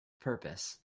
purpose